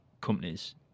companies